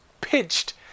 pitched